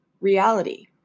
reality